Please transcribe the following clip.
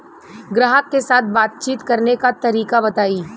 ग्राहक के साथ बातचीत करने का तरीका बताई?